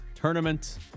tournament